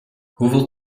hoeveel